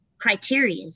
criteria